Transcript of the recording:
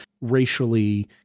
racially